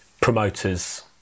promoters